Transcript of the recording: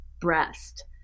breast